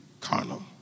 carnal